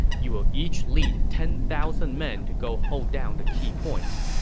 you will each lead ten thousand men to go hold down the key points.